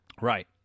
Right